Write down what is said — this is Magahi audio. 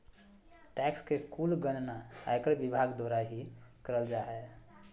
टैक्स के कुल गणना आयकर विभाग द्वारा ही करल जा हय